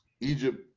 Egypt